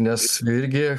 nes irgi